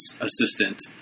assistant